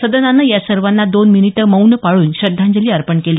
सदनानं या सर्वांना दोन मिनिटं मौन पाळून श्रद्धांजली अर्पण केली